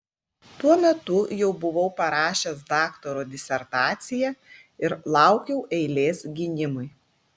tuo metu jau buvau parašęs daktaro disertaciją ir laukiau eilės gynimui